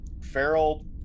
feral